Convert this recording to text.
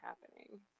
happening